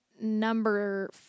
number